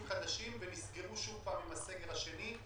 נסגרו שוב עם הסגר השני.